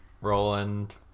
Roland